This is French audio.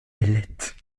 ailettes